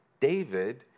David